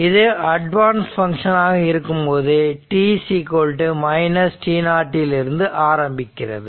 இது அட்வான்ஸ் பங்க்ஷனாக இருக்கும்போது t t0 இலிருந்து ஆரம்பிக்கிறது